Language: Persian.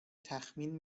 تخمین